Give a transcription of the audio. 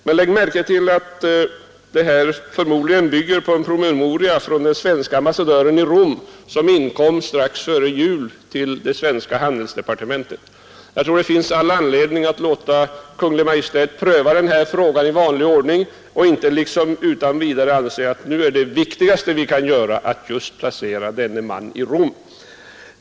Men lägg märke till att detta förmodligen bygger på en promemoria som inkom från den svenska ambassadören i Rom till det svenska handelsdepartementet strax före jul. Jag tror det finns all anledning att låta Kungl. Maj:t pröva denna fråga i vanlig ordning och inte utan vidare bestämma att det viktigaste vi kan göra nu är att placera en man i Rom.